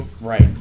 right